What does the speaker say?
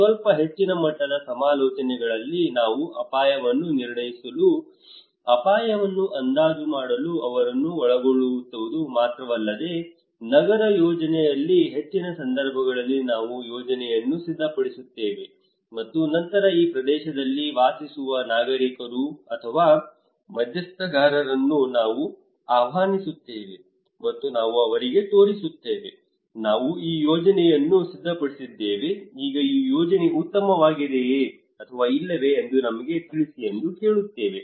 ಸ್ವಲ್ಪ ಹೆಚ್ಚಿನ ಮಟ್ಟದ ಸಮಾಲೋಚನೆಗಳಲ್ಲಿ ನಾವು ಅಪಾಯವನ್ನು ನಿರ್ಣಯಿಸಲು ಅಪಾಯವನ್ನು ಅಂದಾಜು ಮಾಡಲು ಅವರನ್ನು ಒಳಗೊಳ್ಳುವುದು ಮಾತ್ರವಲ್ಲದೆ ನಗರ ಯೋಜನೆಯಲ್ಲಿ ಹೆಚ್ಚಿನ ಸಂದರ್ಭಗಳಲ್ಲಿ ನಾವು ಯೋಜನೆಯನ್ನು ಸಿದ್ಧಪಡಿಸುತ್ತೇವೆ ಮತ್ತು ನಂತರ ಈ ಪ್ರದೇಶದಲ್ಲಿ ವಾಸಿಸುವ ನಾಗರಿಕರು ಅಥವಾ ಮಧ್ಯಸ್ಥಗಾರರನ್ನು ನಾವು ಆಹ್ವಾನಿಸುತ್ತೇವೆ ಮತ್ತು ನಾವು ಅವರಿಗೆ ತೋರಿಸುತ್ತೇವೆ ನಾವು ಈ ಯೋಜನೆಯನ್ನು ಸಿದ್ಧಪಡಿಸಿದ್ದೇವೆ ಈಗ ಈ ಯೋಜನೆ ಉತ್ತಮವಾಗಿದೆಯೇ ಅಥವಾ ಇಲ್ಲವೇ ಎಂದು ನಮಗೆ ತಿಳಿಸಿ ಎಂದು ಕೇಳುತ್ತೇವೆ